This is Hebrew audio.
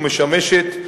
ומשמשת,